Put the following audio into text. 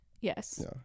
Yes